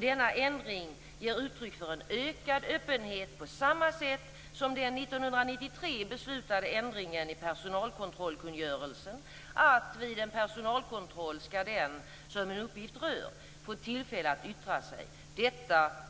Denna ändring ger uttryck för en ökad öppenhet på samma sätt som den 1993 beslutade ändringen i personalkontrollkungörelsen. Den innebar att vid en personalkontroll skall den som en uppgift rör få tillfälle att yttra sig